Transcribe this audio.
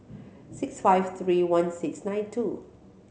six five three one six nine two